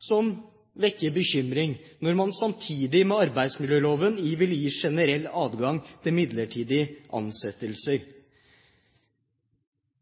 som vekker bekymring, når man samtidig vil gi en generell adgang til midlertidige ansettelser?